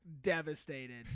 devastated